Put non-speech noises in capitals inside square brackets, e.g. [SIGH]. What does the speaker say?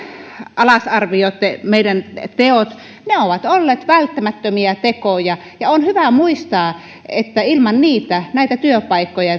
alas meidän tekomme ne ovat olleet välttämättömiä tekoja ja on hyvä muistaa että ilman niitä näitä työpaikkoja [UNINTELLIGIBLE]